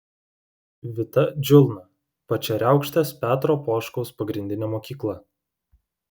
vita džiulna pačeriaukštės petro poškaus pagrindinė mokykla